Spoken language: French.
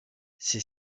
ces